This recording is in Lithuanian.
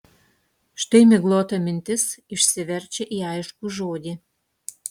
štai miglota mintis išsiverčia į aiškų žodį